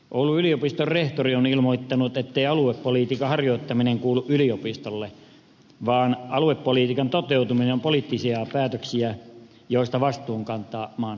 oulun yliopiston rehtori on ilmoittanut ettei aluepolitiikan harjoittaminen kuulu yliopistolle vaan aluepolitiikan toteutuminen on poliittisia päätöksiä joista vastuun kantaa maan hallitus